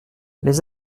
les